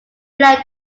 group